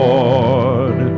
Lord